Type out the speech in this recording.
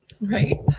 Right